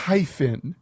Hyphen